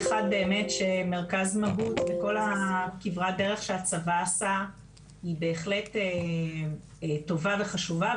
מרכז מהו"ת וכל כברת הדרך שהצבא עשה היא בהחלט טובה וחשובה,